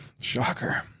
Shocker